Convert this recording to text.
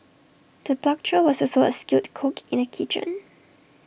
the butcher was also A skilled cook in the kitchen